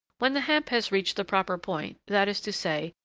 when the hemp has reached the proper point, that is to say,